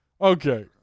Okay